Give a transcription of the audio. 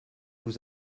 vous